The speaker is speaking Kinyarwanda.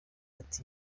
ati